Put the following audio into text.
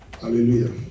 Hallelujah